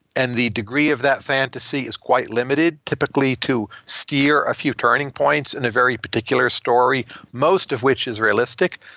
and the degree of that fantasy is quite limited, typically to steer a few turning points in a very particular story, most of which is realistic.